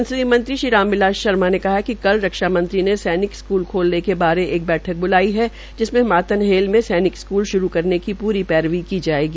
संसदीय मंत्री श्री राम बिलास शर्मा ने कहा है कि कल रक्षा मंत्री ने सैनिक स्कूल खोलने के बारे एक बैठक ब्लाई है जिसमें मातनहेल में सैनिक स्कूल शुरू करने की पूरी पैरवी भी जायेगी